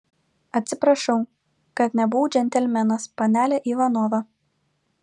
atsiprašau kad nebuvau džentelmenas panele ivanova